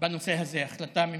בנושא הזה, החלטה ממשלתית,